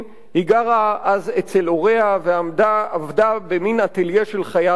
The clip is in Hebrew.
היא גרה אז אצל הוריה ועבדה במין אטֶליֶה של חייט אחד.